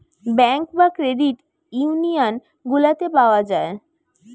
bank বা credit union গুলাতে পাওয়া যায়